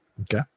Okay